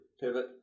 pivot